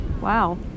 wow